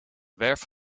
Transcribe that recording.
werf